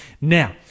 Now